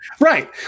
Right